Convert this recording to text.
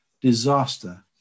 disaster